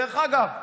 דרך אגב,